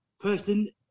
person